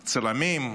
צלמים.